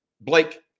Blake